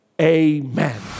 amen